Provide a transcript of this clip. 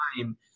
time